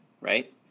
right